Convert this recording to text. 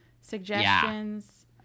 suggestions